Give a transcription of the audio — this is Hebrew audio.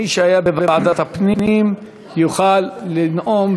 מי שהיה בוועדת הפנים יוכל לנאום,